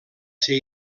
ser